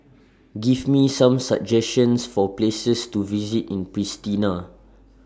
Give Me Some suggestions For Places to visit in Pristina